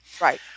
Right